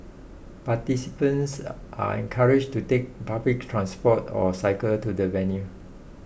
participants are encouraged to take public transport or cycle to the venue